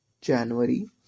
January